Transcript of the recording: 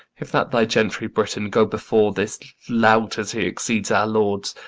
if that thy gentry, britain, go before this lout as he exceeds our lords,